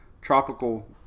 tropical